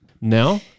Now